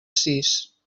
sis